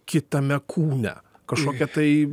kitame kūne kažkokia tai